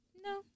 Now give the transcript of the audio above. No